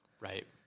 Right